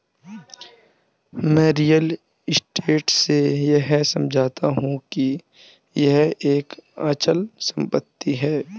मैं real estate से यह समझता हूं कि यह एक अचल संपत्ति है